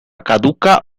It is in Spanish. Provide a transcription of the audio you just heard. caduca